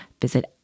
visit